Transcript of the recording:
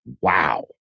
wow